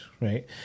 right